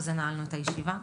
הישיבה נעולה.